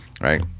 right